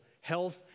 health